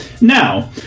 Now